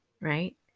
right